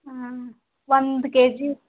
ಹಾಂ ಹಾಂ ಒಂದು ಕೆ ಜಿ